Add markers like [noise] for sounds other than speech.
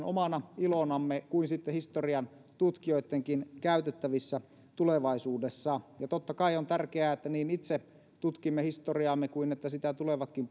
[unintelligible] omana ilonamme kuin sitten historiantutkijoittenkin käytettävissä tulevaisuudessa ja totta kai on tärkeää että niin itse tutkimme historiaamme kuin sitä tulevatkin [unintelligible]